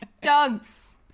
Dogs